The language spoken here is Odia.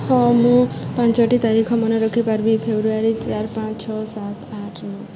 ହଁ ମୁଁ ପାଞ୍ଚଟି ତାରିଖ ମନେ ରଖିପାରିବି ଫେବୃଆରୀ ଚାରି ପାଞ୍ଚ ଛଅ ସାତ ଆଠ ନଅ